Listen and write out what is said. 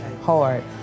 hard